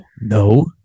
No